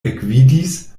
ekvidis